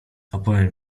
opowiem